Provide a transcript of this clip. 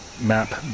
map